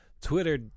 Twitter